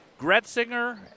Gretzinger